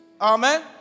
Amen